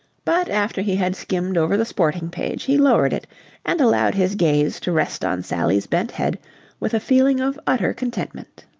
but after he had skimmed over the sporting page he lowered it and allowed his gaze to rest on sally's bent head with a feeling of utter contentment.